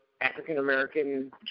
African-American